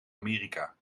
amerika